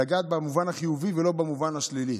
לגעת במובן החיובי ולא במובן השלילי.